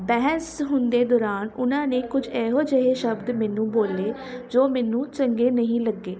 ਬਹਿਸ ਹੁੰਦੇ ਦੌਰਾਨ ਉਹਨਾਂ ਨੇ ਕੁਝ ਇਹੋ ਜਿਹੇ ਸ਼ਬਦ ਮੈਨੂੰ ਬੋਲੇ ਜੋ ਮੈਨੂੰ ਚੰਗੇ ਨਹੀਂ ਲੱਗੇ